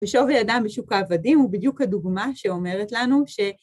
בשווי אדם בשוק העבדים הוא בדיוק הדוגמה שאומרת לנו ש...